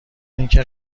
اینکه